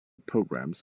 programs